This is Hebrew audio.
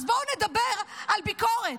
אז בואו נדבר על ביקורת.